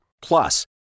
Plus